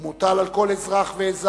הוא מוטל על כל אזרח ואזרח,